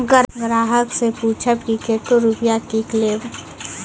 ग्राहक से पूछब की कतो रुपिया किकलेब?